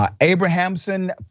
Abrahamson